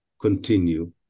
continue